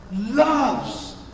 loves